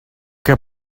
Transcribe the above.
que